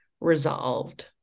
resolved